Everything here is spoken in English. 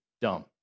dumb